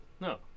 No